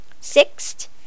Sixth